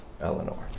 Eleanor